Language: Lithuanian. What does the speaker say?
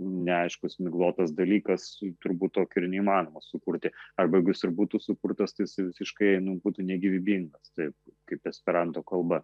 neaiškus miglotas dalykas turbūt tokio ir neįmanoma sukurti arba jeigu jis ir būtų sukurtas tai jisai visiškai būtų negyvybingas taip kaip esperanto kalba